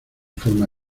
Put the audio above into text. forma